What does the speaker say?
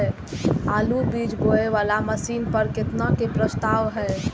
आलु बीज बोये वाला मशीन पर केतना के प्रस्ताव हय?